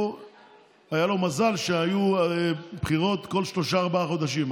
היה לו מזל שהיו בחירות כל שלושה-ארבעה חודשים,